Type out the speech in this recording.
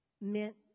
meant